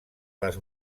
les